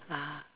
ah